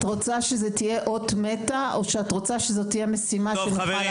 את רוצה שזו תהיה אות מתה או שאת רוצה שזו תהיה משימה שנוכל לעמוד בה?